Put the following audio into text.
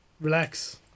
Relax